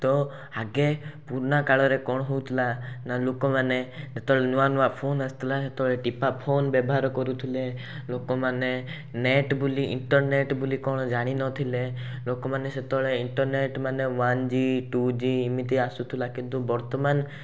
ତ ଆଗେ ପୁରୁଣା କାଳରେ କ'ଣ ହଉଥିଲା ନା ଲୋକମାନେ ସେତେବେଳେ ନୂଆ ନୂଆ ଫୋନ୍ ଆସିଥିଲା ସେତେବେଳେ ଟିପା ଫୋନ୍ ବ୍ୟବହାର କରୁଥିଲେ ଲୋକମାନେ ନେଟ୍ ବୋଲି ଇଣ୍ଟେର୍ନେଟ୍ ବୋଲି କ'ଣ ଜାଣିନଥିଲେ ଲୋକମାନେ ସେତେବେଳେ ଇଣ୍ଟେର୍ନେଟ୍ ମାନେ ୱାନ୍ ଜି ଟୁ ଜି ଏମିତି ଆସୁଥିଲା କିନ୍ତୁ ବର୍ତ୍ତମାନ